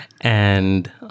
And-